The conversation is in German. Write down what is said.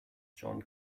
john